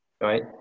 right